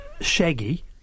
shaggy